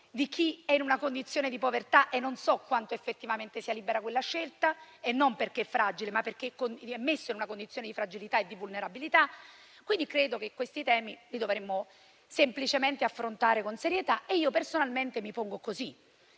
di scelta o meno - e non so quanto effettivamente sia libera quella scelta (non perché la persona sia fragile, ma perché è messa in una condizione di fragilità e di vulnerabilità). Credo che questi temi li dovremmo semplicemente affrontare con serietà e personalmente mi pongo così.